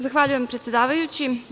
Zahvaljujem, predsedavajući.